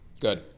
Good